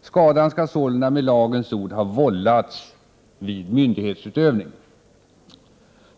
Skadan skall sålunda med lagens ord ha vållats vid myndighetsutövning.